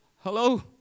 Hello